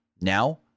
Now